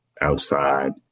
outside